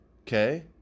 okay